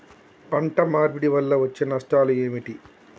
పంట మార్పిడి వల్ల వచ్చే నష్టాలు ఏమిటి?